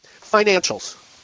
Financials